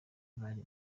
bari